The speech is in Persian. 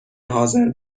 حاضر